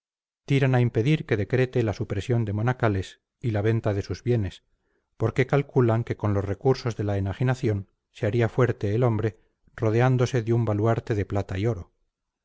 tiran a impedir que decrete la supresión de monacales y la venta de sus bienes porque calculan que con los recursos de la enajenación se haría fuerte el hombre rodeándose de un baluarte de plata y oro